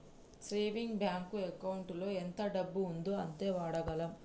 saving bank ఎకౌంటులో ఎంత డబ్బు ఉందో అంతే వాడగలం